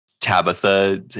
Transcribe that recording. Tabitha